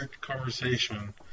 conversation